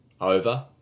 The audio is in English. over